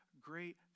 great